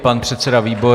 Pan předseda Výborný.